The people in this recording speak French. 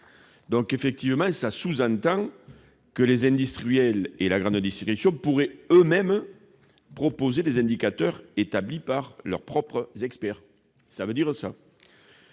élaborer ». Cela sous-entend que les industriels et la grande distribution pourraient, eux-mêmes, proposer des indicateurs établis par leurs propres experts. Nous ne